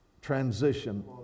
transition